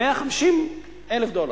150,000 דולר.